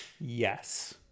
yes